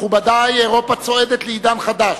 מכובדי, אירופה צועדת לעידן חדש.